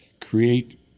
create